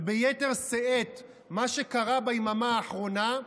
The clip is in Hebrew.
וביתר שאת מה שקרה ביממה האחרונה,